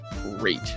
great